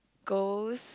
girls